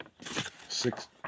Six